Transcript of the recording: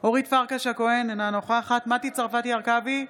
אורית פרקש הכהן, אינה נוכחת מטי צרפתי הרכבי,